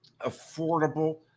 affordable